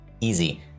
easy